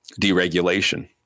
deregulation